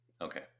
Okay